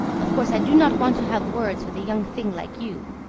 of course, i do not want to have words with a young thing like you.